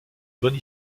bonne